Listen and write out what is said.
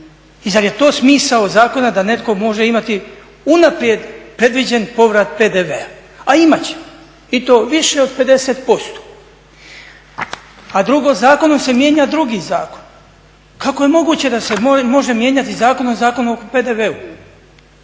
Zar je to smisao zakona da netko može imati unaprijed predviđen povrat PDV-a, a imat će, i to više od 50%. A drugo, zakonom se mijenja drugi zakon. Kako je moguće da se može mijenjati zakonom Zakon o PDV-u?